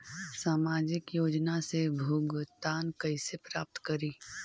सामाजिक योजना से भुगतान कैसे प्राप्त करी?